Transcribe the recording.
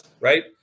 right